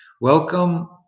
welcome